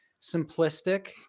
simplistic